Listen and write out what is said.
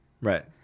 Right